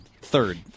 Third